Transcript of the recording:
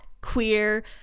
queer